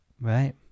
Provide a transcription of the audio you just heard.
right